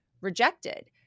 rejected